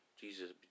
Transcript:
Jesus